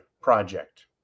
Project